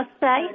say